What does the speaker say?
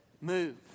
move